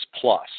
plus